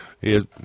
It